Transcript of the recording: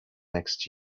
next